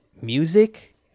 music